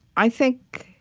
i think